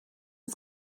its